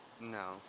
No